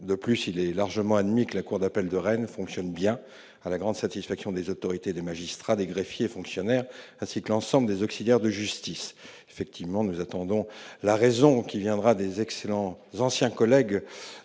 De plus, il est largement admis que la cour d'appel de Rennes fonctionne bien, à la grande satisfaction des autorités, des magistrats, des greffiers et des fonctionnaires, ainsi que de l'ensemble des auxiliaires de justice. Nous attendons que la raison l'emporte, avec nos anciens collègues